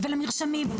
למרשמים,